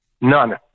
None